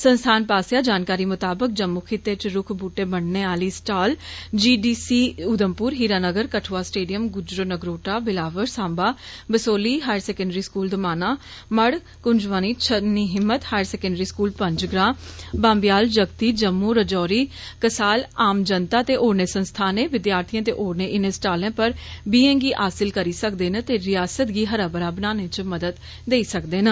संस्थान पास्सेआ जानकारी मुताबक जम्मू खित्तेच रुक्ख बूहटे बंडने आले stall G D C Udhampur Hiranagar Kathua stadium Gujroo Nagrota Billawar Samba Basohli higher secondary school Dumana Marh Kunjwani Channi Himmat higher secondary school Panjgrain Bambyal Jagti Jammu Rajouri कास्सल आम जनता ते होरनें संस्थानें विद्यार्थी ते होरने इनें स्टालें पर बीएं गी हासल करी सकदे न ते रियासत गी हरा बरा बनाने च मदद देई सकदे न